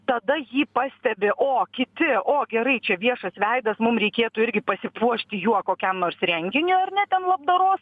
tada jį pastebi o kiti o gerai čia viešas veidas mum reikėtų irgi pasipuošti juo kokiam nors renginiui ar ne ten labdaros